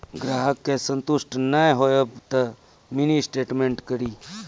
ग्राहक के संतुष्ट ने होयब ते मिनि स्टेटमेन कारी?